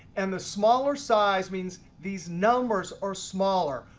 and the smaller size means these numbers are smaller.